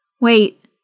Wait